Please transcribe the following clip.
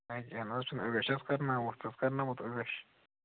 ہے کیٚنٛہہ نَہ حظ چھُنہٕ عٲش حظ کرناوہوٚتھ ژٕ حظ کرناوہوٚتھ عٲش